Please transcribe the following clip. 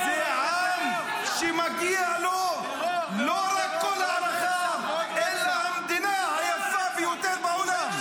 --- זה עם שמגיע לו לא רק כל --- אלא המדינה היפה ביותר בעולם.